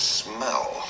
smell